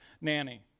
Nanny